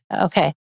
Okay